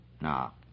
Now